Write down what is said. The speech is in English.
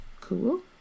cool